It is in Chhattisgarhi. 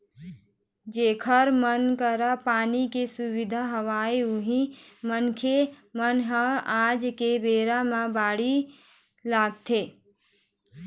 जेखर मन करा पानी के सुबिधा हवय उही मनखे मन ह आज के बेरा म बाड़ी बखरी लगाथे